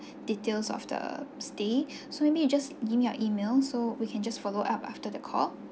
details of the stay so maybe just give me your email so we can just follow up after the call